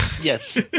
Yes